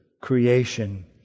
creation